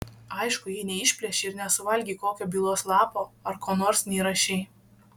aišku jei neišplėšei ir nesuvalgei kokio bylos lapo ar ko nors neįrašei